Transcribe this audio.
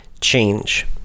change